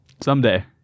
Someday